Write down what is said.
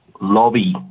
lobby